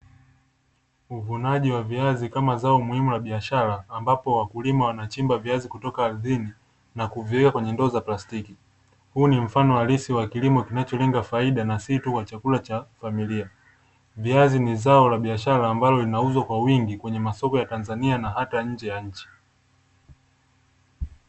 Uvunaji wa viazi kama zao muhimu la biashara ambapo wakulima wanachimba viazi kutoka ardhini na kuviweka kwenye ndoo za plastiki. Huu ni mfano halisi wa kilimo kinacholenga faida na si tu kwa chakula cha familia. Viazi ni zao la biashara ambalo linauzwa kwa wingi kwenye masoko ya Tanzania na hata nje ya nchi.